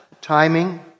timing